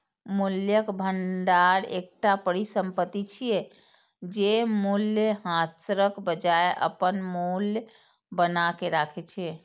मूल्यक भंडार एकटा परिसंपत्ति छियै, जे मूल्यह्रासक बजाय अपन मूल्य बनाके राखै छै